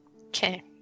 Okay